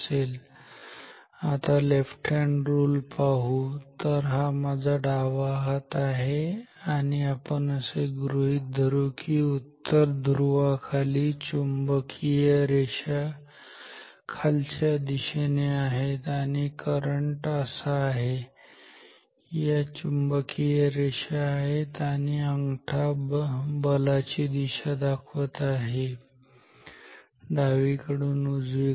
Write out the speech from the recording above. तर आता left hand rule पाहू तर हा माझा डावा हात आहे आणि आपण असे गृहीत धरू की उत्तर ध्रुवा खाली चुंबकीय रेषा खालच्या दिशेने आहेत आणि करंट असा आहे या चुंबकीय रेषा आहेत आणि अंगठा बलाची दिशा दाखवत आहे डावीकडून उजवीकडे